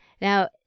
Now